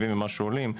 70 ומשהו עולים,